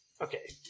Okay